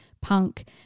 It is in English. punk